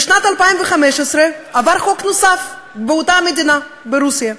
בשנת 2015 עבר חוק נוסף באותה מדינה, ברוסיה,